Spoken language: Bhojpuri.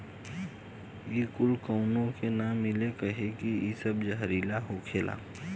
इ कूल काउनो के ना मिले कहे की इ जहरीला होखेला